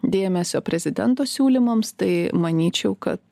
dėmesio prezidento siūlymams tai manyčiau kad